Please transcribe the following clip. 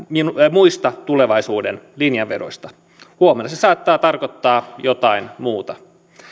muista tulevaisuuden linjanvedoista huomenna se saattaa tarkoittaa jotain muuta